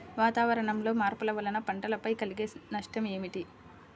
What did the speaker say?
వాతావరణంలో మార్పుల వలన పంటలపై కలిగే నష్టం ఏమిటీ?